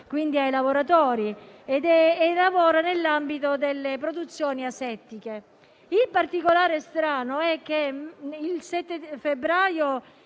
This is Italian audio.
dei lavoratori e lavora nell'ambito delle produzioni asettiche. Il particolare strano è che il 7 febbraio